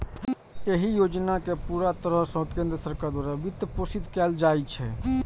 एहि योजना कें पूरा तरह सं केंद्र सरकार द्वारा वित्तपोषित कैल जाइ छै